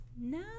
No